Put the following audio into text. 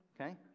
Okay